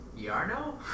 Yarno